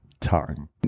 Time